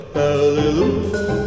hallelujah